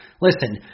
Listen